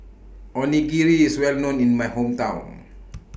Onigiri IS Well known in My Hometown